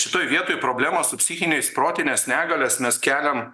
šitoj vietoj problemos su psichiniais protines negalias mes keliam